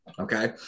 okay